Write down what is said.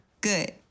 Good